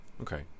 okay